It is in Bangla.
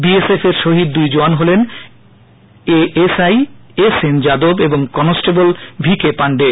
বি এস এফ এর শহীদ দুই জওয়ান হলেন A S I S N Yadav ও কনস্টেবল ভি কে পান্ডে